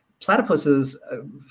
platypuses